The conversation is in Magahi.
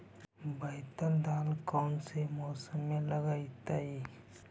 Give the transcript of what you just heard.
बैतल दाल कौन से मौसम में लगतैई?